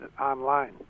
online